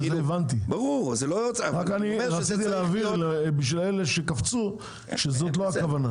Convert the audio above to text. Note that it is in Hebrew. רק רציתי להבהיר לאלה שאמרו שזו לא הכוונה.